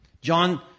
John